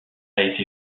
été